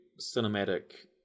cinematic